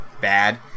bad